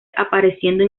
apareciendo